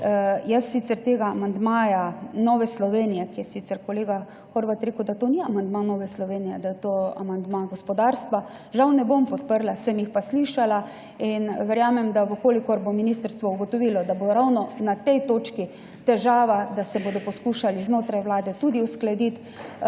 Jaz tega amandmaja Nove Slovenije, za katerega je sicer kolega Horvat rekel, da to ni amandma Nove Slovenije, da je to amandma gospodarstva, žal ne bom podprla. Sem jih pa slišala in verjamem, če bo ministrstvo ugotovilo, da bo ravno na tej točki težava, da se bodo poskušali znotraj vlade tudi uskladiti.